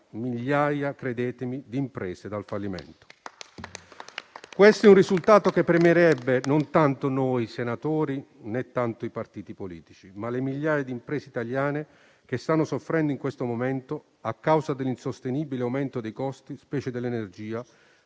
migliaia di imprese dal fallimento. Questo è un risultato che premierebbe non tanto i partiti politici, ma le migliaia di imprese italiane che stanno soffrendo in questo momento a causa dell'insostenibile aumento dei costi, specie dell'energia,